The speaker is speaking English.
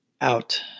out